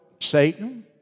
Satan